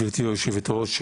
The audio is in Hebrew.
גברתי היושבת-ראש,